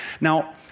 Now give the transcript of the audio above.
Now